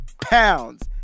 pounds